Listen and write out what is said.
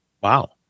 Wow